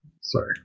Sorry